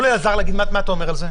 אלעזר, מה אתה אומר על זה?